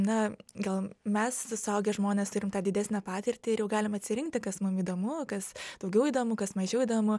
na gal mes su suaugę žmonės turim tą didesnę patirtį ir jau galime atsirinkti kas mum įdomu kas daugiau įdomu kas mažiau įdomu